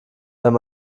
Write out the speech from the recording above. wenn